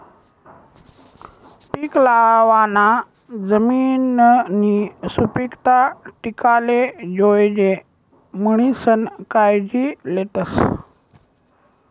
पीक लावाना जमिननी सुपीकता टिकाले जोयजे म्हणीसन कायजी लेतस